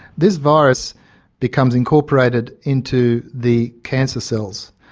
this virus becomes incorporated into the cancer cells,